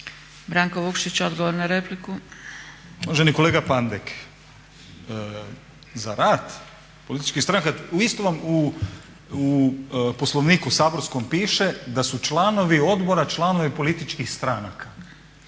Branko (Nezavisni)** Uvaženi kolega Pandek, za rad političkih stranaka, isto vam u Poslovniku saborskom piše da su članovi odbora članovi političkih stranaka.